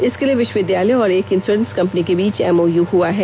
इसके लिए विश्वविद्यालय और एक इंश्योरेंस कंपनी के बीच एमओयू हुआ है